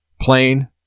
plane